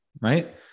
right